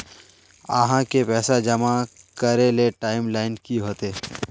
आहाँ के पैसा जमा करे ले टाइम लाइन की होते?